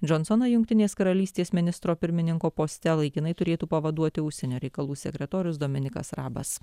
džonsoną jungtinės karalystės ministro pirmininko poste laikinai turėtų pavaduoti užsienio reikalų sekretorius dominykas rabas